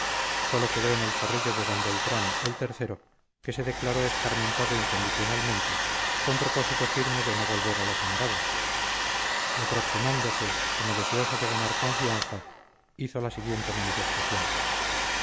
sólo quedó en el corrillo de d beltrán el tercero que se declaró escarmentado incondicionalmente con propósito firme de no volver a las andadas y aproximándose como deseoso de ganar confianza hizo la siguiente manifestación